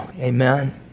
amen